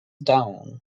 downe